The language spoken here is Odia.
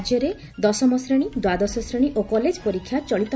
ରାଜ୍ୟରେ ଦଶମ ଶ୍ରେଣୀ ଦ୍ୱାଦଶ ଶ୍ରେଣୀ ଓ କଲେଜ ପରୀକ୍ଷା ଚଳିତ